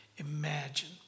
Imagine